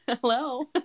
hello